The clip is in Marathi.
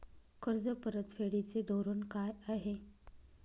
कर्ज परतफेडीचे धोरण काय आहे?